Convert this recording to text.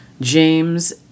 James